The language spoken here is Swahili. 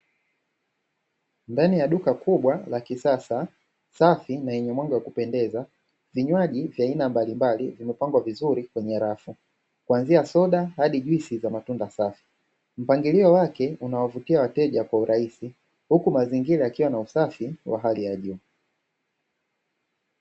Ndani ya duka kubwa la kisasa safi na yenye mwanga wa kupendeza vinywaji vya aina mbalimbali vimepangwa vizuri kwenye rafu kuanzia soda hadi juisi za matunda safi. mpangilio wake unawavutia wateja kwa urahisi huku mazingira yakiwa na usafi wa hali ya juu.